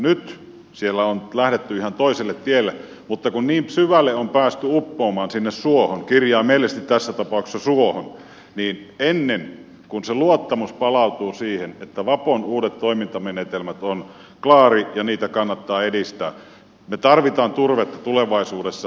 nyt siellä on lähdetty ihan toiselle tielle mutta kun niin syvälle on päästy uppoamaan sinne suohon kirjaimellisesti tässä tapauksessa suohon niin ennen kuin se luottamus palautuu siihen että vapon uudet toimintamenetelmät ovat klaarit ja niitä kannattaa edistää me tarvitsemme turvetta tulevaisuudessa